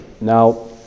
Now